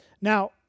Now